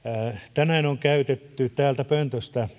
tänään on käytetty täältä pöntöstä